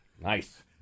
Nice